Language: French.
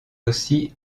aussi